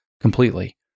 completely